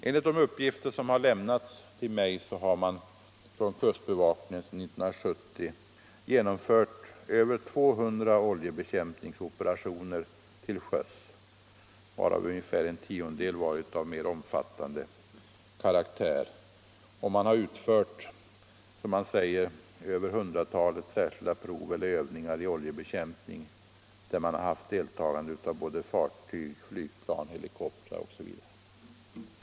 Enligt de uppgifter som lämnats till mig har kustbevakningen sedan 1970 genomfört över 200 oljebekämpningsoperationer till sjöss, varav ungefär en tiondel var av mer omfattande karaktär. Och man har utfört, som man säger, över hundratalet särskilda prov eller övningar i oljebekämpning, där man haft deltagande av fartyg, flygplan, helikoptrar osv.